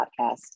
podcast